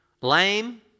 Lame